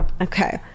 Okay